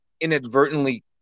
inadvertently